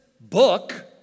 book